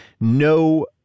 no